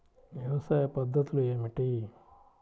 వ్యవసాయ పద్ధతులు ఏమిటి?